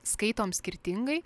skaitom skirtingai